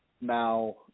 Now